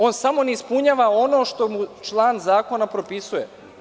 On samo ne ispunjava ono što mu član zakona propisuje.